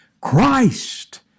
Christ